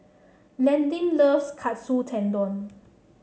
Landyn loves Katsu Tendon